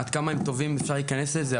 עד כמה הם טובים אי-אפשר להיכנס לזה,